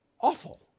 awful